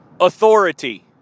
Authority